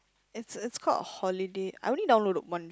it's it's called holiday I only downloaded one